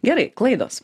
gerai klaidos